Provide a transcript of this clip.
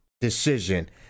decision